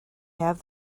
have